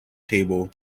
table